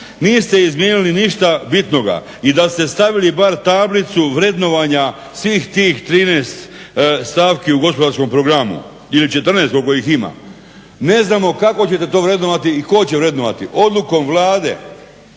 Niste izmijenili ništa bitnoga. I da ste stavili bar tablicu vrednovanja svih tih 13 stavki u gospodarskom programu ili 14 koliko ih ima. Ne znam kako ćete to vrednovati i tko će vrednovati. Odlukom Vlade